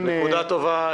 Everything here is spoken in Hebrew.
נקודה טובה.